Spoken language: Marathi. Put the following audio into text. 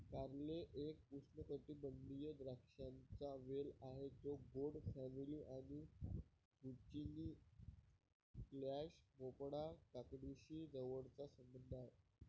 कारले एक उष्णकटिबंधीय द्राक्षांचा वेल आहे जो गोड फॅमिली आणि झुचिनी, स्क्वॅश, भोपळा, काकडीशी जवळचा संबंध आहे